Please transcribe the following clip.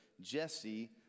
Jesse